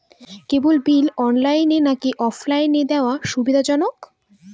কেবল bill অনলাইনে নাকি অফলাইনে দেওয়া সুবিধাজনক?